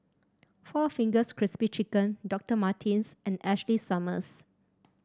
four Fingers Crispy Chicken Doctor Martens and Ashley Summers